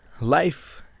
life